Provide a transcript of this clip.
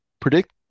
predict